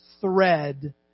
thread